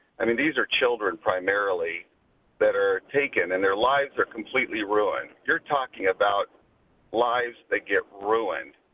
i mean these are children primarily that are taken and their lives are completely ruined. you're talking about lives that get ruined,